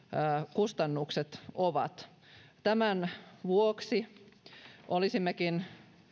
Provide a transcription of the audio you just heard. kustannukset ovat tämän vuoksi olisimmekin